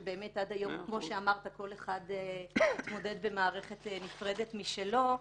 שעד היום כל אחד מהם התמודד במערכת נפרדת משלו.